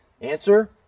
Answer